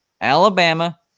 Alabama